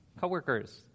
coworkers